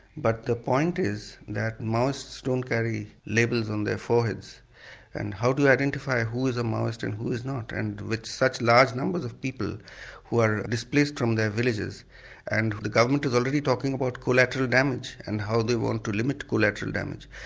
but the point is that maoists don't carry labels on their foreheads and how do you identify who is a maoist and who is not and with such large numbers of people who are displaced from their villages and the government is already talking about collateral damage and how they want to limit collateral damage.